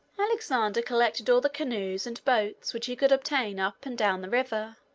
alexander collected all the canoes and boats which he could obtain up and down the river.